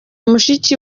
mushiki